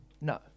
No